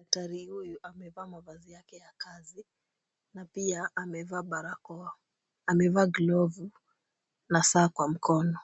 Daktari huyu amevaa mavazi yake ya kazi na pia amevaa barakoa. Amevaa glovu na saa kwa mkono.